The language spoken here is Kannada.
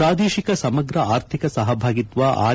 ಪ್ರಾದೇಶಿಕ ಸಮಗ ಆರ್ಥಿಕ ಸಹಭಾಗಿತ್ತ ಆರ್